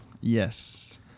Yes